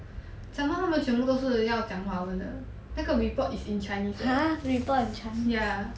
some more 他们全部都是要讲华文的那个 report is in chinese 的 ya